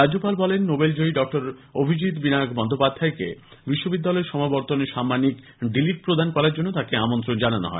রাজ্যপাল বলেন নোবেলজয়ী ডক্টর অভিজিৎ বিনায়ক বন্দ্যোপাধ্যায়কে বিশ্ববিদ্যালয়ের সমাবর্তনে সাম্মানিক ডি লিট প্রদান করার জন্য তাঁকে আমন্ত্রণ জানানো হয়